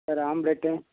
ஒரு ஆம்ப்லேட்டு